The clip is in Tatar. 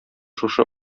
шушы